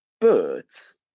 birds